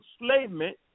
enslavement